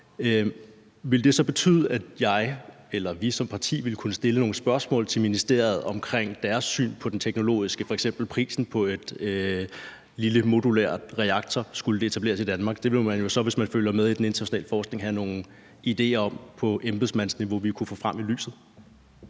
Vil det så betyde, at jeg eller vi som parti vil kunne stille nogle spørgsmål til ministeriet om deres syn på teknologiske forhold, f.eks. prisen på en lille modulær reaktor, hvis det skulle etableres i Danmark? Det ville man jo så, hvis man følger med i den internationale forskning, have nogle idéer om på embedsmandsniveau, som vi kunne få frem i lyset.